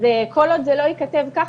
כל עוד זה לא ייכתב כך,